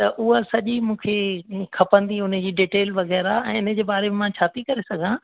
त उहा सॼी मूंखे खपंदी उन जी डिटेल वग़ैरह ऐं इन जे बारे में मां छा थी करे सघां